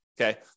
Okay